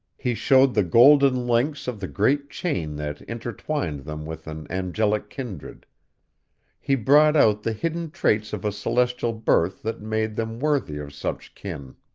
he showed the golden links of the great chain that intertwined them with an angelic kindred he brought out the hidden traits of a celestial birth that made them worthy of such kin.